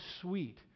sweet